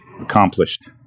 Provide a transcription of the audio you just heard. accomplished